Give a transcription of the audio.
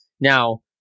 Now